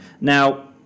Now